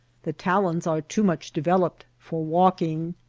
the talons are too much developed for walking.